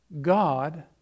God